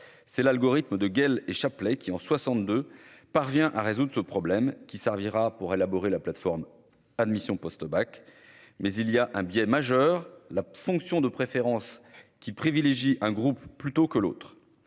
c'est l'algorithme de gueule et chapelets qui, en 62 parvient à résoudre ce problème qui servira pour élaborer la plateforme Admission post-bac, mais il y a un biais majeur, la fonction de préférence qui privilégie un groupe plutôt que l'autre,